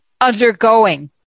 undergoing